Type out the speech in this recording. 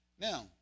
Now